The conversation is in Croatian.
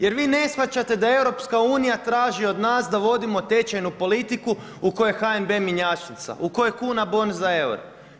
Jer vi ne shvaćate da EU, traži od nas da vodimo tečajnu politiku u kojoj je HNB mjenjačnica, u kojoj je kuna bon za eure.